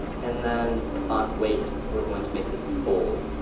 and then the font weight, we're going to make this bold.